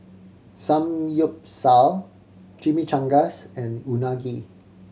Samgyeopsal Chimichangas and Unagi